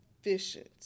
efficient